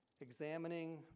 Examining